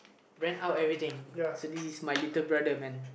rant out everything so this is my little brother man